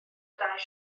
dau